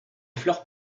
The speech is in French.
fleurs